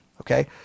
Okay